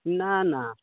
नऽ नऽ